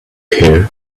here